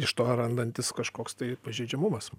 iš to randantis kažkoks tai pažeidžiamumas